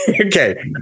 Okay